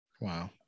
wow